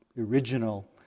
original